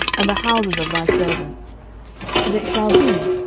and the houses of thy servants and it shall be,